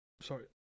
Sorry